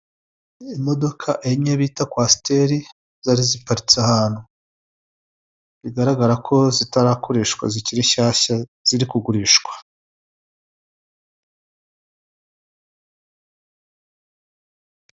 Imodoka enye bita kwasiteri zari ziparitse ahantu bigaragara ko zitarakoreshwa zikiri nshyashya zikiri kugurishwa.